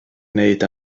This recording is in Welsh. wneud